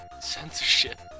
Censorship